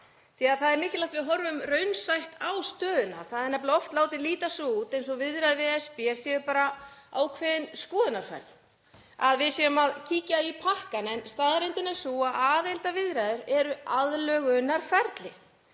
að það er mikilvægt að við horfum raunsætt á stöðuna. Það er nefnilega oft látið líta svo út eins og viðræður við ESB séu bara ákveðin skoðunarferð, að við séum að kíkja í pakkann. En staðreyndin er sú að aðildarviðræður eru aðlögunarferli.